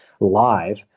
live